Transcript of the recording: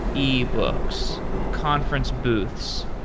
yeah e-books, conference booths,